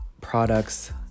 products